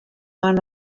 one